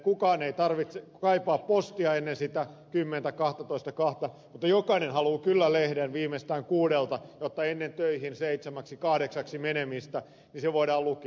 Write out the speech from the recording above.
kukaan ei kaipaa postia ennen kymmentä kahtatoista kahta mutta jokainen haluaa kyllä lehden viimeistään kuudelta jotta ennen töihin seitsemäksi kahdeksaksi menemistä se voidaan lukea